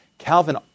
Calvin